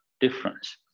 difference